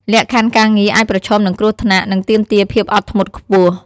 លក្ខខណ្ឌការងារអាចប្រឈមនឹងគ្រោះថ្នាក់ និងទាមទារភាពអត់ធ្មត់ខ្ពស់ ។